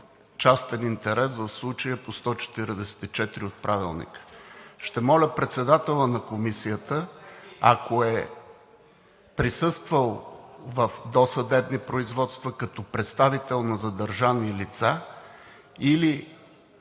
частен интерес в случая по чл. 144 от Правилника. Ще моля председателят на Комисията, ако е присъствал в досъдебни производства като представител на задържани лица или